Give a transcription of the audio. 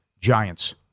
Giants